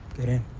get in.